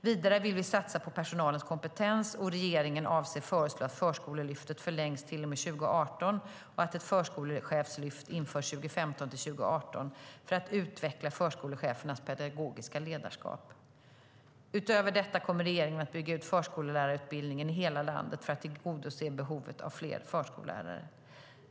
Vidare vill vi satsa på personalens kompetens, och regeringen avser att föreslå att förskolelyftet förlängs till och med 2018 och att ett förskolechefslyft införs 2015-2018 för att utveckla förskolechefernas pedagogiska ledarskap. Utöver detta kommer regeringen att bygga ut förskollärarutbildningen i hela landet för att tillgodose behovet av fler förskollärare.